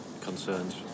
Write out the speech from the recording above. concerns